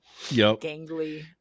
gangly